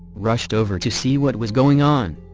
rushed over to see what was going on.